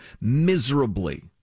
miserably